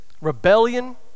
rebellion